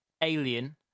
alien